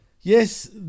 yes